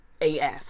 AF